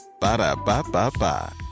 Ba-da-ba-ba-ba